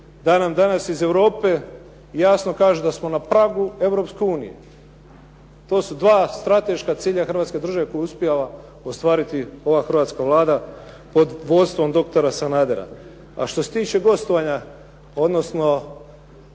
da nam danas iz Europe jasno kažu da smo na pragu Europske unije. To su dva strateška cilja Hrvatske države koje je uspjela ostvariti ova Hrvatska Vlada pod vodstvom doktora Sanadera. A što se tiče gostovanja, odnosno